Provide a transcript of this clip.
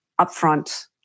upfront-